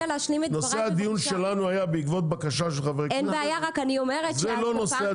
נושא הדיון שלנו היה בעקבות בקשה של חברי כנסת.